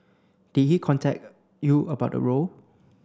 did he contact you about the role